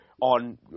on